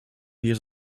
years